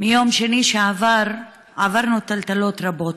מיום שני שעבר עברנו טלטלות רבות.